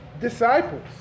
disciples